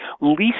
least